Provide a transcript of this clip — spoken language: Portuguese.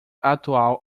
atual